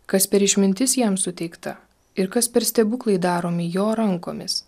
kas per išmintis jam suteikta ir kas per stebuklai daromi jo rankomis